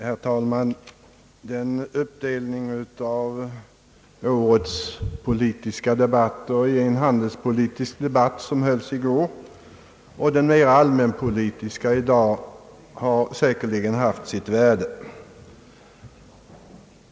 Herr talman! Uppdelningen av årets politiska debatter i den handelspolitiska i går och den mera allmänpolitiska 1 dag har säkerligen haft sitt värde.